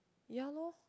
ya lor